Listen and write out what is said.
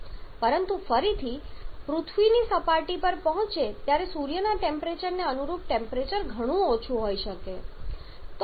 પરંતુ ફરીથી પૃથ્વીની સપાટી પર પહોંચે ત્યારે સૂર્યના ટેમ્પરેચરને અનુરૂપ ટેમ્પરેચર ઘણું ઓછું હોઈ શકે છે